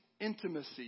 intimacy